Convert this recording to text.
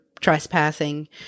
trespassing